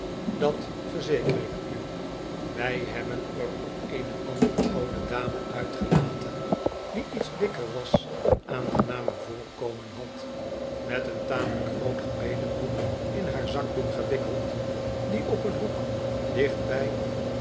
dat verzeker ik u wij hebben er ook eene andere oude dame uitgelaten die iets dikker was en aangenamer voorkomen had met een tamelijk groot gebedenboek in haar zakdoek gewikkeld die op een hoek dicht